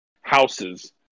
houses